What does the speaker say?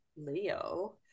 leo